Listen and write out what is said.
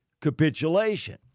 capitulation